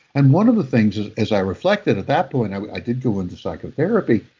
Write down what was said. and one of the things, as i reflected, at that point i did go into psychotherapy,